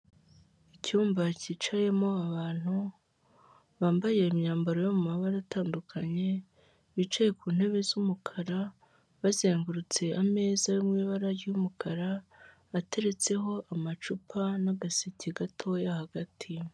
Icyumba cyicayemo abantu, bambaye imyambaro yo mu mabara atandukanye, bicaye ku ntebe z'umukara, bazengurutse ameza yo mu ibara ry'umukara, ateretseho amacupa, n'agaseke gatoya hagati.